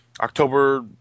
October